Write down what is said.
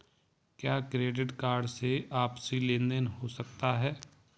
क्या credit card से आपसी लेनदेन हो सकता है?